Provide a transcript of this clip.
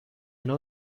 نوع